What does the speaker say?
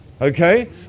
Okay